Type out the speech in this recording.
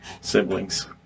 siblings